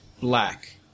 black